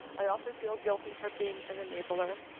i often feel guilty for being an enabler.